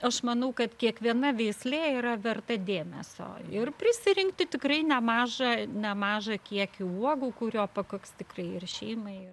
aš manau kad kiekviena veislė yra verta dėmesio ir prisirinkti tikrai nemažą nemažą kiekį uogų kurio pakaks tikrai ir šeimai